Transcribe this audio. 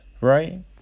right